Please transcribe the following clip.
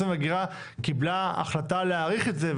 וההגירה קיבלה החלטה להאריך את זה,